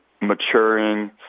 maturing